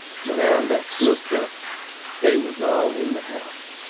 when i next looked up they was all in the house.